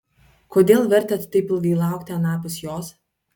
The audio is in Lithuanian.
kodėl vertėt taip ilgai laukti anapus jos